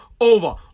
over